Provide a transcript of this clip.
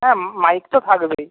হ্যাঁ মাইক তো থাকবেই